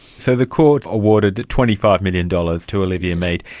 so the court awarded twenty five million dollars to olivia mead,